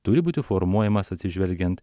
turi būti formuojamas atsižvelgiant